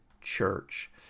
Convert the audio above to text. church